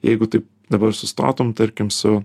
jeigu taip dabar sustotum tarkim su